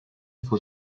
for